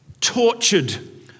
tortured